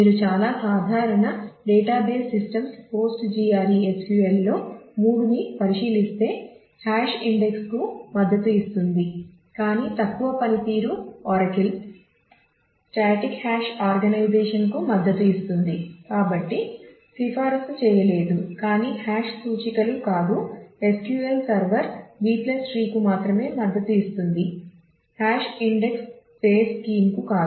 మీరు చాలా సాధారణ database systems PostgreSQL లో 3 ని పరిశీలిస్తే హాష్ ఇండెక్స్కు కు కాదు